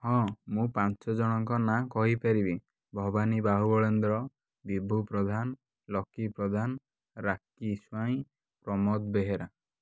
ହଁ ମୁଁ ପାଞ୍ଚ ଜଣଙ୍କ ନାଁ କହିପାରିବି ଭବାନୀ ବାହୁ ବଳେନ୍ଦ୍ର ବିଭୂ ପ୍ରଧାନ ଲକି ପ୍ରଧାନ ରାକି ସ୍ୱାଇଁ ପ୍ରମୋଦ ବେହେରା